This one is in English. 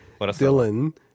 Dylan